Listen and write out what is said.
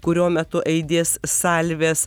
kurio metu aidės salvės